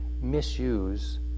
misuse